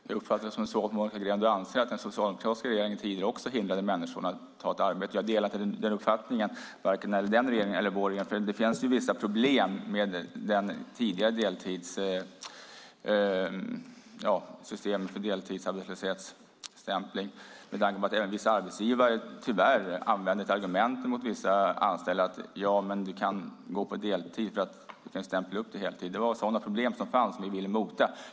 Jag uppfattar det som att Monica Green anser att den tidigare socialdemokratiska regeringen också hindrade människorna att ta ett arbete. Jag delar inte den uppfattningen, varken när det gäller den regeringen eller vår regering. Det fanns ju vissa problem med det tidigare systemet för deltidsarbetslöshet och stämpling. Vissa arbetsgivare använde tyvärr det som ett argument mot vissa anställda: Ja, men du kan gå på deltid, för du kan stämpla upp till heltid. Det var sådana problem som fanns som vi ville mota.